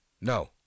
No